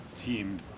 team